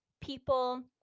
people